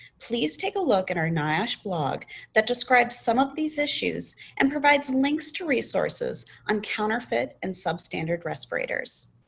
please take a look at our niosh blog that describes some of these issues and provides links to resources on counterfeit and substandard respirators.